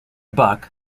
buck